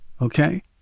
okay